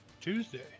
Tuesday